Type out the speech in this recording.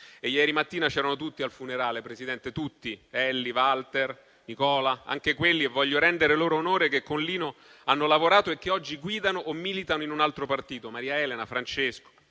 ieri mattina al funerale c'erano tutti; Elly, Walter, Nicola, anche quelli - e voglio rendere loro onore - che con Lino hanno lavorato e che oggi guidano o militano in un altro partito, tra i quali Maria Elena e Francesco.